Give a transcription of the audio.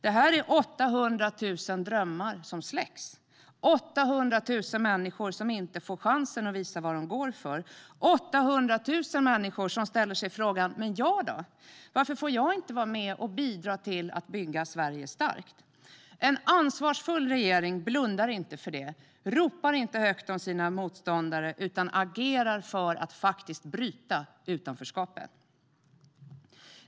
Det är 800 000 drömmar som släcks. 800 000 människor som inte får chansen att visa vad de går för, 800 000 människor som ställer sig frågan: Men jag då? Varför får jag inte vara med och bidra till att bygga Sverige starkt? En ansvarsfull regering blundar inte för det. Den ropar inte högt om sina motståndare, utan den agerar för att faktiskt bryta utanförskapet.